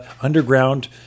underground –